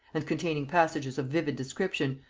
and containing passages of vivid description,